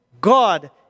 God